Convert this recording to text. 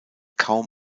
kaum